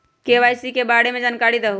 KYC के बारे में जानकारी दहु?